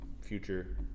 future